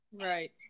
Right